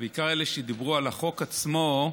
בעיקר אלה שדיברו על החוק עצמו,